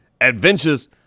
Adventures